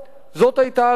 זאת היתה הלחות'.